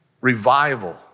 Revival